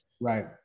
Right